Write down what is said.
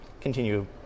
continue